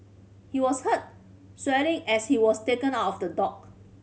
he was heard swearing as he was taken out of the dock